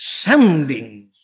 soundings